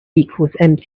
equals